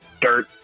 dirt